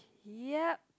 ya